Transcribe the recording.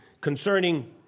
Concerning